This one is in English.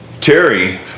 Terry